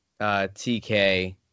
TK